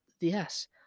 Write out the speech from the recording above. yes